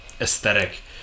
aesthetic